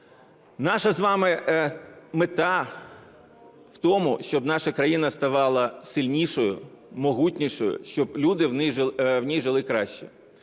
Наша з вами мета в тому, щоб наша країна ставала сильнішою, могутнішою, щоб люди в ній жили краще.